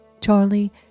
Charlie